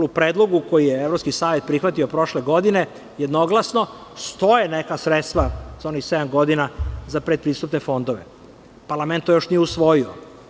U predlogu koji je Evropski savet prihvatio prošle godine jednoglasno stoje neka sredstva za onih sedam godina za pretpristupne fondove, parlament to još nije usvojio.